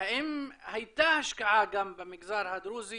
האם הייתה השקעה גם במגזר הדרוזי